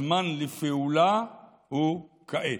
הזמן לפעולה הוא כעת.